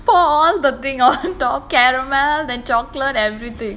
pour all the thing on top caramel then chocolate everything